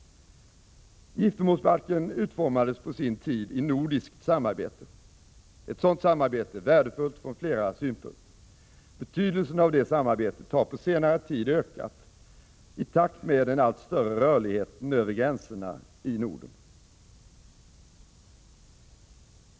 Giftermålsbalken utformades på sin tid i nordiskt samarbete. Ett sådant samarbete är värdefullt från flera synpunkter. Betydelsen av detta samarbete har på senare tid ökat i takt med den allt större rörligheten över gränserna i Norden.